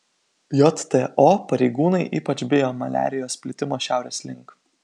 jto pareigūnai ypač bijo maliarijos plitimo šiaurės link